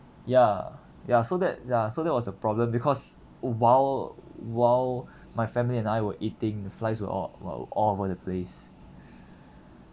ya ya so that ya so there was a problem because while while my family and I were eating the flies were all were all over the place